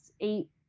eight